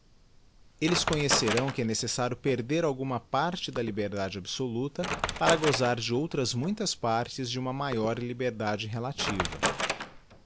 elles conhecerão que é nedigiti zedby google cessario perder alguma parte da liberdade absoluta para gozar dje outras muitas partes de uma maior liberdade relativa